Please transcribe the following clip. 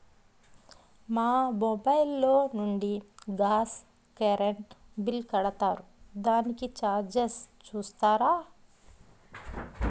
మా మొబైల్ లో నుండి గాస్, కరెన్ బిల్ కడతారు దానికి చార్జెస్ చూస్తారా?